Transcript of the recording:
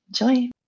enjoy